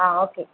ஆ okay